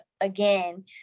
again